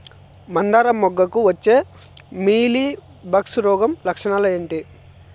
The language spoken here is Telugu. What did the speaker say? మందారం మొగ్గకు వచ్చే మీలీ బగ్స్ రోగం లక్షణాలు ఏంటి?